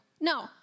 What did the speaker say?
No